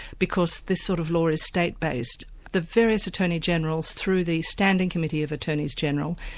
because this sort of law is state-based. the various attorneys-general, through the standing committee of attorneys-general,